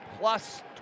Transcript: plus